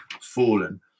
fallen